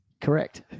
Correct